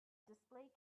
display